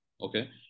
okay